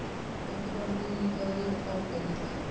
పెట్టుబడుల రికవరీ ఎట్ల ఉంటది?